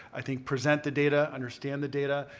i think present the data, understand the data,